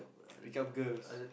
pick up girls